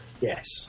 Yes